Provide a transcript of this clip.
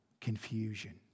confusion